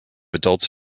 adults